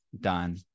done